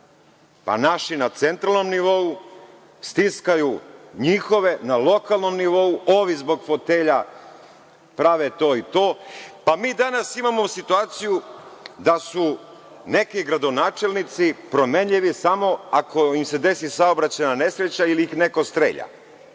pa naši na centralnom nivou stiskaju njihove na lokalnom nivou, ovi zbog fotelja prave to i to. Mi danas imamo situaciju da su se neki gradonačelnici promenili samo ako im se desi saobraćajna nesreća ili ih neko strelja.